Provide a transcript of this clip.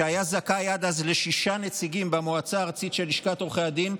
שהיה זכאי עד אז לשישה נציגים במועצה הארצית של לשכת עורכי הדין,